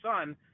son